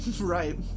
Right